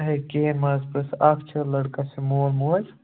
ہے کِہیٖنٛۍ ما حظ پرٕٛژھ اَکھ چھُ لٔڑکس یہِ مول موج